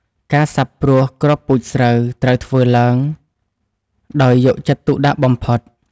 ការសាបព្រួសគ្រាប់ពូជស្រូវត្រូវធ្វើឡើងដោយយកចិត្តទុកដាក់បំផុត។